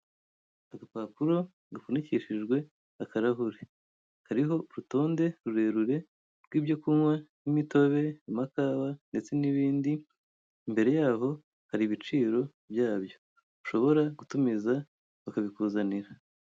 Agapapuro gafunikishijwe akarahure, kariho urutonde rurerure rw'ibyo kunywa nk'imitobe, amakawa ndetse n'ibindi, imbere yaho hari ibiciro byabyo ushobora gutumiza bakabikuzanira.